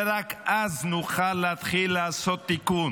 ורק אז נוכל להתחיל לעשות תיקון.